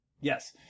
yes